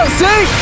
see